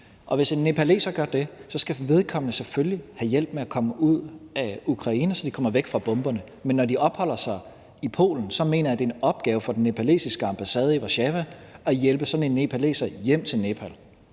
universiteter – så skal vedkommende selvfølgelig have hjælp med at komme ud af Ukraine, så vedkommende kommer væk fra bomberne. Men når vedkommende opholder sig i Polen, mener jeg, det er en opgave for den nepalesiske ambassade i Warszawa at hjælpe sådan en nepaleser hjem til Nepal.